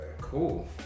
Cool